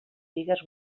figues